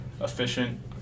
efficient